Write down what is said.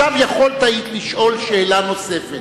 עכשיו היית יכולה לשאול שאלה נוספת.